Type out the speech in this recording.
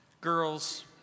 Girls